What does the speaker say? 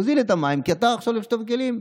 תוזיל את המים, כי אתה עכשיו הולך לשטוף כלים.